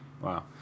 Wow